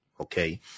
okay